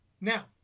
Now